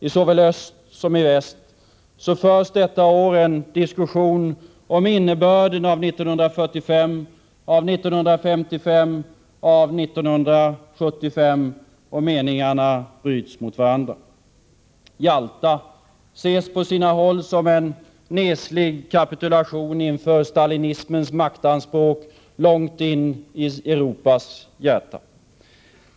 I såväl öst som i väst förs detta år en diskussion om innebörden av 1945, av 1955 och av 1975, och meningarna bryts mot varandra. Jalta ses på sina håll som en neslig kapitulation inför stalinismens maktanspråk långt in i Europas hjärta.